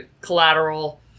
collateral